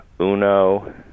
Uno